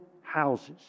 houses